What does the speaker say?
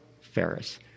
Ferris